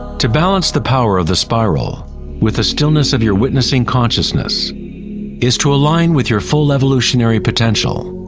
to balance the power of the spiral with the stillness of your witnessing consciousness is to align with your full evolutionary potential.